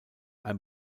ein